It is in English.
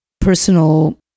personal